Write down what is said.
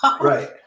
Right